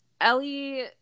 ellie